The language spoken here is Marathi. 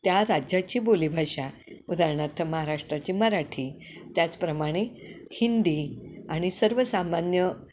त्या राज्याची बोलीभाषा उदाहरणार्थ महाराष्ट्राची मराठी त्याचप्रमाणे हिंदी आणि सर्वसामान्य